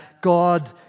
God